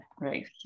right